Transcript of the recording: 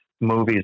movies